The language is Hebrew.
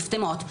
מפטמות,